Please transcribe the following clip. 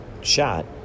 shot